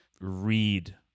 read